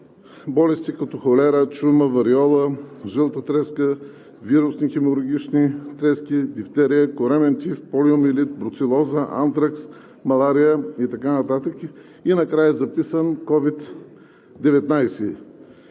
болести, като: холера, чума, вариола, жълта треска, вирусни хеморагични трески, дифтерия, коремен тиф, полиомиелит, бруцелоза, антракс, малария и така нататък, и накрая е записан COVID-19.